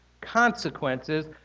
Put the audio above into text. consequences